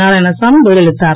நாராயணசாமி பதில் அளித்தார்